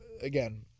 again